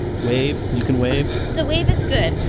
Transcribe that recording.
wave. you can wave the wave is good.